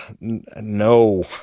no